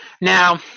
Now